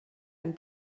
ein